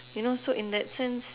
you know so in that sense